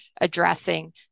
addressing